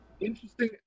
Interesting